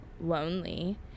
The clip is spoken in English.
lonely